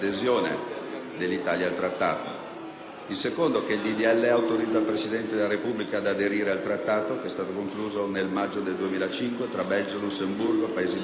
il disegno di legge autorizza il Presidente della Repubblica ad aderire al Trattato che è stato concluso nel maggio del 2005 tra Belgio, Lussemburgo, Paesi Bassi, Germania, Francia e Austria,